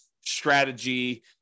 strategy